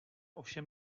ovšem